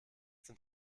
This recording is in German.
sind